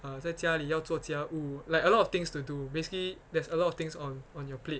啊在家里要做家务 like a lot of things to do basically there's a lot of things on on your plate